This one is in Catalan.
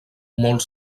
molt